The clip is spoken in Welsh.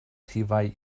rhifau